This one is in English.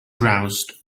browsed